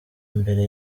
mbere